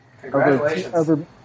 Congratulations